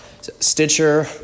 Stitcher